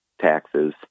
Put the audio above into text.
taxes